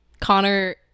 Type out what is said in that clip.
Connor